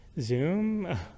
Zoom